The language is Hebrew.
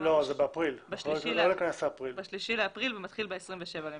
ב-3 באפריל ומתחיל ב-27 במארס,